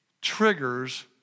triggers